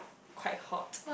quite hot